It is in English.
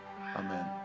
Amen